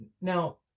Now